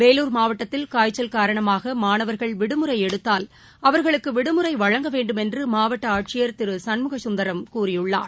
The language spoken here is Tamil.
வேலூர் மாவட்டத்தில் காய்ச்சல் காரணமாகமாணவர்கள் விடுமுறைஎடுக்தால் அவர்களுக்குவிடுமுறைவழங்க வேண்டும் என்றுமாவட்டஆட்சியர் திருசண்முகசுந்தரம் கூறியுள்ளார்